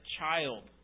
child